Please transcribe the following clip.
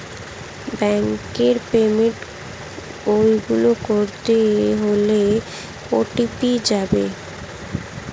ব্যাংকের পেমেন্ট গুলো করতে হলে ও.টি.পি যাবে